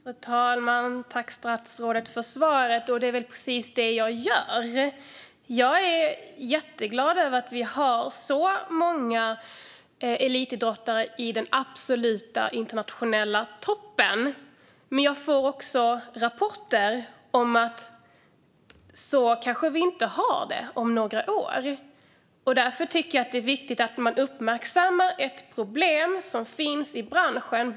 Fru talman! Tack, statsrådet, för svaret! Det är väl precis det jag gör. Jag är jätteglad över att vi har så många elitidrottare i den absoluta internationella toppen. Men jag får också rapporter om att vi kanske inte har det så om några år. Därför tycker jag att det är viktigt att man uppmärksammar ett problem som finns i branschen.